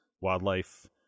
wildlife